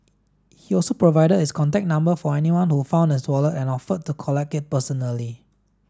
he also provided his contact number for anyone who found his wallet and offered to collect it personally